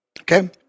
Okay